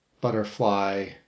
butterfly